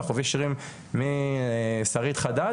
אנחנו נביא שירים משרית חדד